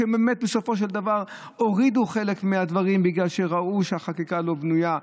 והם באמת בסופו של דבר הורידו חלק מהדברים בגלל שראו שהחקיקה לא בנויה,